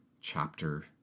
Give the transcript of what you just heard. chapter